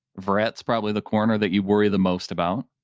brett's probably the corner that you worry the most about.